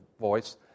voice